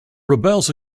rebels